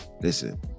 Listen